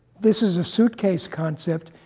this is a suitcase concept.